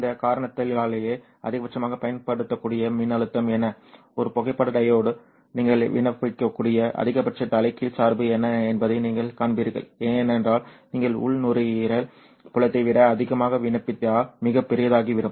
இந்த காரணத்தினாலேயே அதிகபட்சமாக பயன்படுத்தக்கூடிய மின்னழுத்தம் என்ன ஒரு புகைப்பட டையோடு நீங்கள் விண்ணப்பிக்கக்கூடிய அதிகபட்ச தலைகீழ் சார்பு என்ன என்பதையும் நீங்கள் காண்பீர்கள் ஏனென்றால் நீங்கள் உள் நுரையீரல் புலத்தை விட அதிகமாக விண்ணப்பித்தால் மிகப் பெரியதாகிவிடும்